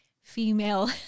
female